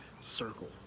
circle